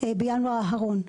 בינואר האחרון.